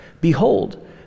behold